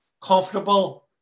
comfortable